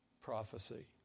prophecy